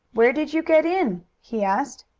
where did you get in? he asked.